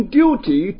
duty